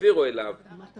את המידע,